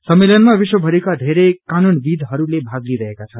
सम्मेलनमा विश्व भरिका धेरै कानूनविदहरूले भाग लिइरहेका छन्